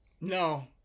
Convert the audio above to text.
No